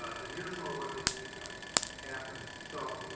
ah the nearshore one didn't end up happening. so